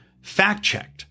fact-checked